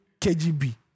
KGB